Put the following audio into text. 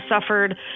suffered